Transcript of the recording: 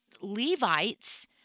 Levites